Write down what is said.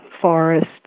forests